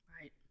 right